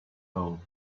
hole